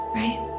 right